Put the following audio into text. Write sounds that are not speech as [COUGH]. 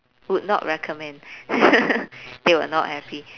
would not recommend [LAUGHS] they were not happy